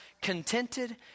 contented